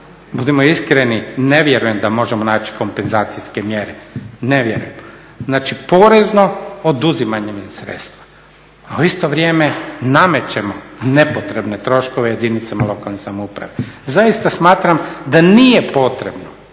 Budimo iskreni ne vjerujem da možemo naći kompenzacijske mjere, ne vjerujem. Znači porezno oduzimanjem sredstva a u isto vrijeme namećemo nepotrebne troškove jedinicama lokalne samouprave. Zaista smatram da nije potrebno